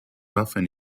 often